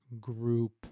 group